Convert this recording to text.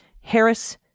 Harris